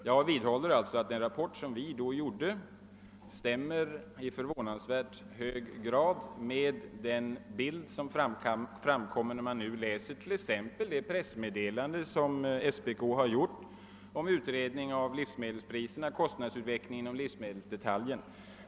Jag vidhåller sålunda att vår rapport i förvånansvärt hög grad stämmer med den bild som framkommer när man nu läser exempelvis det pressmeddelande som SPK har lämnat rörande kostnadsutvecklingen inom livsmedelsbranschen.